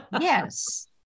Yes